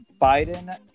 Biden